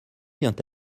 vient